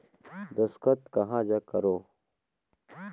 दस्खत कहा जग करो?